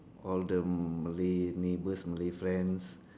all the Malay neighbours Malay friends